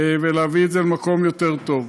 ולהביא את זה למקום יותר טוב.